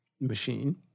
machine